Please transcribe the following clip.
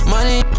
Money